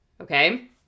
Okay